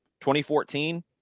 2014